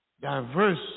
diverse